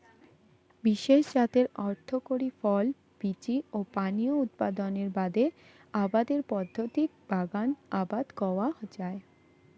বিশেষ জাতের অর্থকরী ফল, বীচি ও পানীয় উৎপাদনের বাদে আবাদের পদ্ধতিক বাগান আবাদ কওয়া যায়